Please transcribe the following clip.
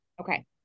Okay